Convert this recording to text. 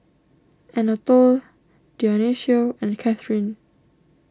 Anatole Dionicio and Cathrine